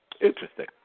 Interesting